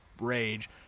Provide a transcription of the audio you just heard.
rage